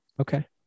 Okay